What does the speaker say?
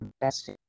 best